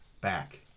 back